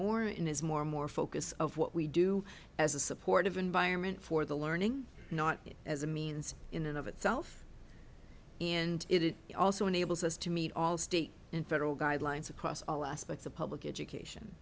more in is more and more focus of what we do as a supportive environment for the learning not as a means in and of itself and it also enables us to meet all state and federal guidelines across all aspects of public education